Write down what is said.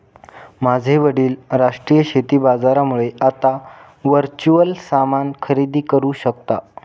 माझे वडील राष्ट्रीय शेती बाजारामुळे आता वर्च्युअल सामान खरेदी करू शकता